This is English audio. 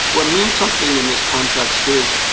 what mean something in this context is.